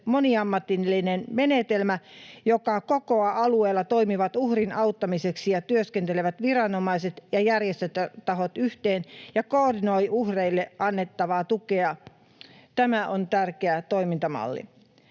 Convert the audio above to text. moniammatillinen menetelmä, joka kokoaa alueella toimivat uhrin auttamiseksi työskentelevät viranomaiset ja järjestötahot yhteen ja koordinoi uhrille annettavaa tukea. Tämä on tärkeä toimintamalli.